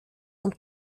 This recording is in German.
und